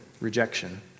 rejection